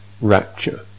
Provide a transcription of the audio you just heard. rapture